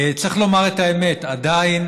צריך לומר את האמת, עדיין